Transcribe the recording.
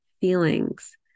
feelings